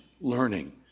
learning